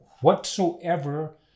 whatsoever